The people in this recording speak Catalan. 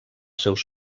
seus